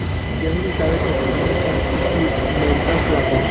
गेहूं उगावे खातिर कौन कौन इक्विप्मेंट्स लागी?